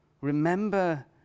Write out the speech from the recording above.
remember